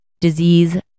Disease